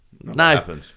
No